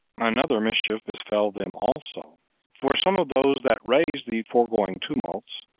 another mischief befell them also for some of those that raised the foregoing tumult,